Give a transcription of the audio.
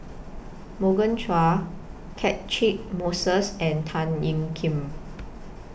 Morgan Chua Catchick Moses and Tan Ean Kiam